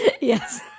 Yes